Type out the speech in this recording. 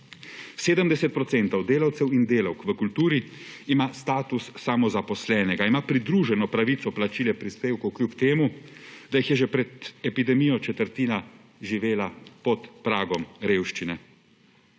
delavcev in delavk v kulturi ima status samozaposlenega, ima pridruženo pravico plačila prispevkov, kljub temu da jih je že pred epidemijo četrtina živela pod pragom revščine.